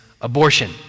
abortion